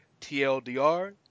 TLDR